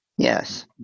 Yes